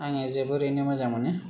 आङो जोबोदैनो मोजां मोनो